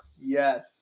yes